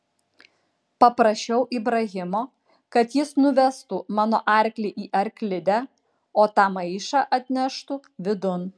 paprašiau ibrahimo kad jis nuvestų mano arklį į arklidę o tą maišą atneštų vidun